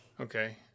Okay